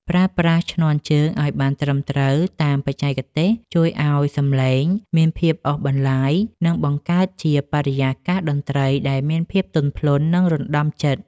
ប្រើប្រាស់ឈ្នាន់ជើងឱ្យបានត្រឹមត្រូវតាមបច្ចេកទេសជួយឱ្យសម្លេងមានភាពអូសបន្លាយ និងបង្កើតជាបរិយាកាសតន្ត្រីដែលមានភាពទន់ភ្លន់ និងរណ្ដំចិត្ត។